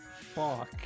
Fuck